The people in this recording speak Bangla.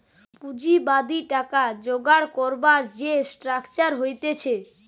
পুঁজিবাদী টাকা জোগাড় করবার যে স্ট্রাকচার থাকতিছে